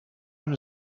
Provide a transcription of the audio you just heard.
one